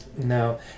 no